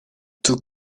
two